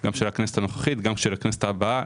גם של הכנסת הנוכחית וגם של הכנסת הבאה,